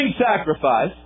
sacrifice